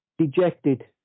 dejected